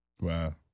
Wow